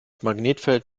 magnetfeld